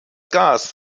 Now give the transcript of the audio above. gas